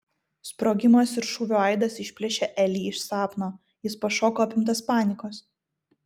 sprogimas ir šūvio aidas išplėšė elį iš sapno jis pašoko apimtas panikos